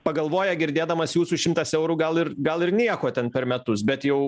pagalvoja girdėdamas jūsų šimtas eurų gal ir gal ir nieko ten per metus bet jau